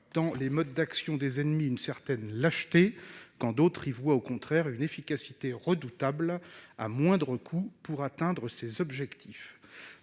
dans les modes d'action des ennemis une certaine lâcheté, quand d'autres y voient, au contraire, une efficacité redoutable, à moindre coût, pour atteindre leurs objectifs.